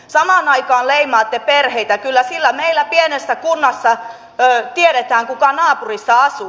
samaan aikaan leimaatte perheitä kyllä sillä meillä pienessä kunnassa tiedetään kuka naapurissa asuu